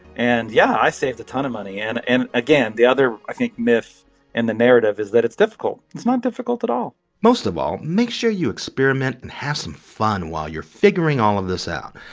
and yeah, i saved a ton of money. and and again, the other, i think, myth and the narrative is that it's difficult it's not difficult at all most of all, make sure you experiment and have some fun while you're figuring all of this out.